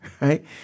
right